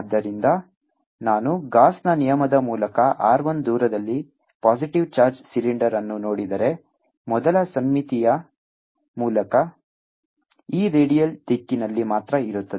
ಆದ್ದರಿಂದ ನಾನು ಗಾಸ್ನ ನಿಯಮದ ಮೂಲಕ r 1 ದೂರದಲ್ಲಿ ಪಾಸಿಟಿವ್ ಚಾರ್ಜ್ ಸಿಲಿಂಡರ್ ಅನ್ನು ನೋಡಿದರೆ ಮೊದಲು ಸಮ್ಮಿತಿಯ ಮೂಲಕ E ರೇಡಿಯಲ್ ದಿಕ್ಕಿನಲ್ಲಿ ಮಾತ್ರ ಇರುತ್ತದೆ